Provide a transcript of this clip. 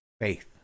faith